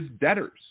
debtors